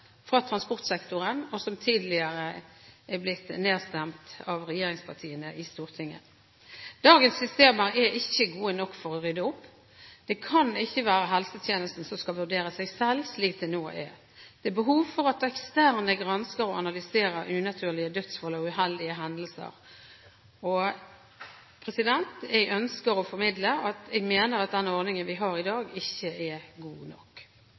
fra transportsektoren, og som tidligere er blitt nedstemt av regjeringspartiene i Stortinget. Dagens systemer er ikke gode nok for å rydde opp. Det kan ikke være helsetjenesten som skal vurdere seg selv, slik det nå er. Det er behov for at eksterne gransker og analyserer unaturlige dødsfall og uheldige hendelser. Jeg ønsker å formidle at jeg mener at den ordningen vi har i dag, ikke er god nok.